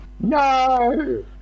no